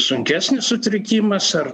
sunkesnis sutrikimas ar